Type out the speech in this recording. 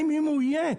אם הוא יהיה,